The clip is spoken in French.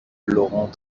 laurent